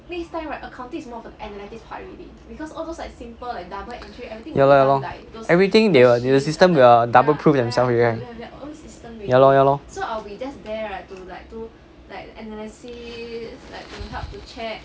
ya lor ya lor everything they will the system will double proof themself already right ya lor ya lor